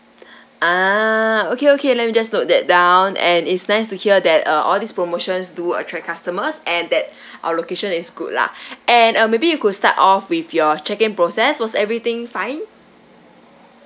ah okay okay let me just note that down and it's nice to hear that uh all these promotions do attract customers and that our location is good lah and uh maybe you could start off with your check in process was everything fine